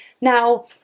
Now